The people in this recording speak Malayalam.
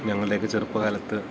ഞങ്ങളുടെ ഒക്കെ ചെറുപ്പകാലത്ത്